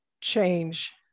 change